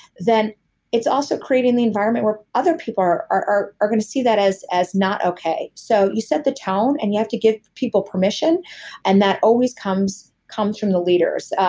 then it's also creating the environment where other people are are going to see that as as not okay. so you set the tone and you have to give people permission and that always comes comes from the leaders.